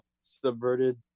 subverted